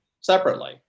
separately